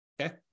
Okay